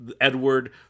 Edward